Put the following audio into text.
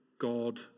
God